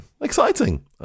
Exciting